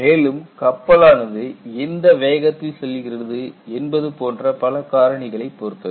மேலும் கப்பலானது எந்த வேகத்தில் செல்கிறது என்பது போன்ற பல காரணிகளைப் பொறுத்தது